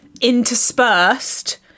interspersed